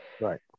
right